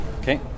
okay